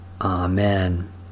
Amen